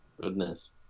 Goodness